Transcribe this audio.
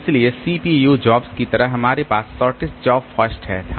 इसलिए CPU jobs की तरह हमारे पास शॉर्टेस्ट जॉब फर्स्ट था